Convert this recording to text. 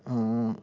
uh